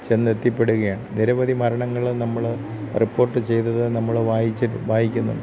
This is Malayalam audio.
ചെന്നെത്തിപ്പെടുകയാണ് നിരവതി മരണങ്ങൾ നമ്മൾ റിപ്പോർട്ട് ചെയ്തത് നമ്മൾ വായിച്ച് വായിക്കുന്നുണ്ട്